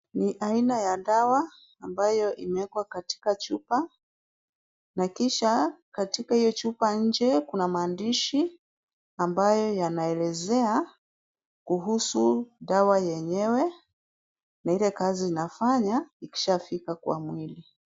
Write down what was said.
Ni aina ya dawa ambayo imewekwa katika chupa na kisha katika hiyo chupa nje kuna maandishi ambayo yanaelezea kuhusu dawa yenyewe na ile kazi inafanya ikishafika kwa mwili.